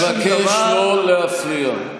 אני מבקש לא להפריע.